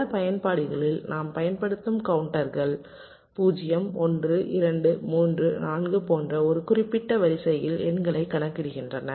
பல பயன்பாடுகளில் நாம் பயன்படுத்தும் கவுண்டர்கள் 0 1 2 3 4 போன்ற ஒரு குறிப்பிட்ட வரிசையில் எண்களைக் கணக்கிடுகின்றன